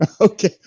okay